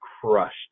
crushed